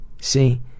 See